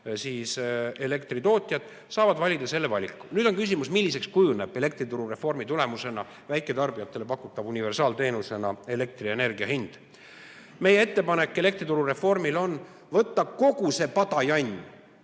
elektritootjaid, saavad valida selle valiku. Nüüd on küsimus, milliseks kujuneb elektrituru reformi tulemusena väiketarbijatele universaalteenusena pakutava elektrienergia hind. Meie ettepanek elektrituru reformil on võtta kogu see padajann,